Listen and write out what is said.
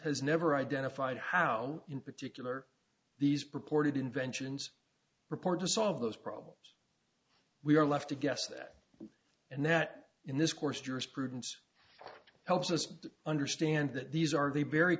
has never identified how in particular these purported inventions report to solve those problems we are left to guess that and that in this course jurisprudence helps us to understand that these are the very